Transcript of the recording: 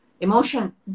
Emotion